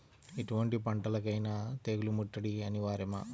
ఎటువంటి పంటలకైన తెగులు ముట్టడి అనివార్యమా?